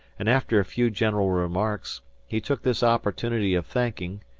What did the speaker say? and after a few general remarks he took this opportunity of thanking,